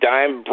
Dime